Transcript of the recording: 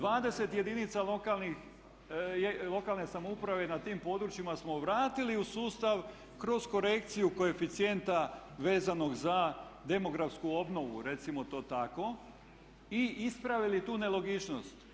20 jedinica lokalne samouprave na tim područjima smo vratili u sustav kroz korekciju koeficijenta vezanog za demografsku obnovu recimo to tako i ispravili tu nelogičnost.